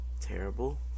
terrible